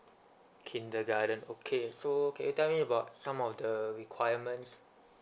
kindergarten okay so can you tell me about some of the requirements